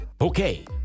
okay